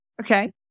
okay